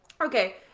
Okay